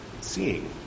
seeing